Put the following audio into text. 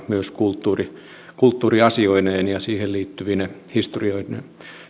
myös kulttuuriasioineen ja siihen liittyvine historioineen